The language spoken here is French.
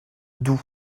doubs